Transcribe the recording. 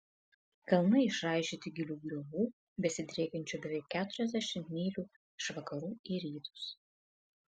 kalnai išraižyti gilių griovų besidriekiančių beveik keturiasdešimt mylių iš vakarų į rytus